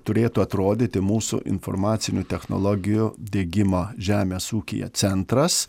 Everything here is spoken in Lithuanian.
turėtų atrodyti mūsų informacinių technologijų diegimo žemės ūkyje centras